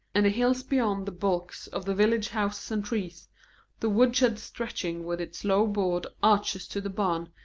and the hills beyond the bulks of the village houses and trees the woodshed stretching with its low board arches to the barn,